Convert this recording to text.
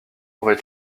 vois